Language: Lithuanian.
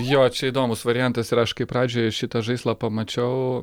jo čia įdomus variantas ir aš kai pradžioj šitą žaislą pamačiau